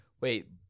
Wait